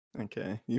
Okay